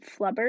Flubber